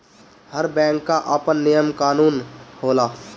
हर bank कअ आपन नियम कानून होला